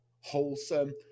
wholesome